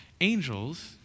Angels